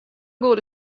goede